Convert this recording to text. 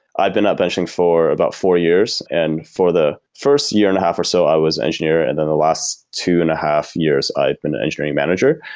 i've been at benchling for about four years. and for the first year and a half or so, i was engineer, and then the last two and a half years, i'd been an engineering manager.